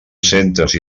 centres